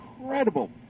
incredible